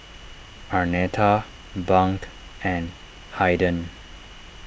Arnetta Bunk and Haiden